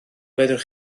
fedrwch